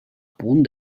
punt